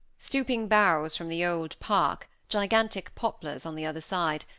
stooping boughs from the old park, gigantic poplars on the other side,